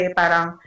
parang